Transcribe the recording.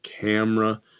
camera